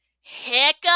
Hiccup